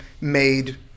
made